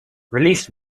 released